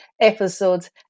episodes